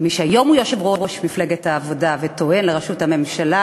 מי שהיום הוא יושב-ראש מפלגת העבודה וטוען לראשות הממשלה